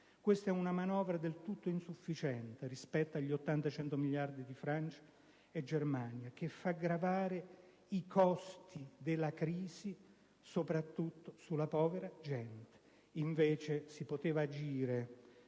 Questa è una manovra del tutto insufficiente, rispetto agli 80‑100 miliardi di Francia e Germania, che fa gravare i costi della crisi soprattutto sulla povera gente. Invece si poteva agire